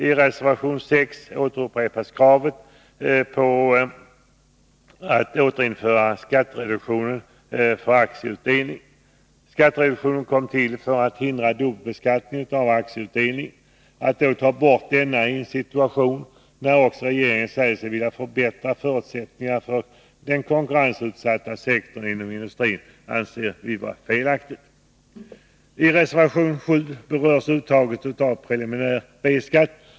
I reservation 6 upprepas kravet på att återinföra en skattereduktion för aktieutdelning. Skattereduktionen kom till för att hindra dubbelbeskattning av aktieutdelning. Att då ta bort denna i en situation när också regeringen säger sig vilja förbättra förutsättningarna för den konkurrensutsatta sektorn inom industrin, anser vi vara felaktigt. I reservation 7 berörs uttaget av preliminär B-skatt.